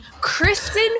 Kristen